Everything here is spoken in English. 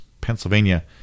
Pennsylvania